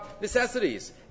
necessities